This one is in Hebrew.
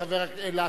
חשבנו על זה.